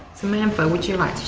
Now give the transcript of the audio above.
samantha, would you like